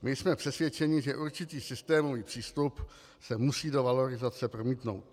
My jsme přesvědčeni, že určitý systémový přístup se musí do valorizace promítnout.